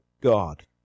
God